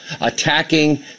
attacking